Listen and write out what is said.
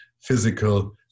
physical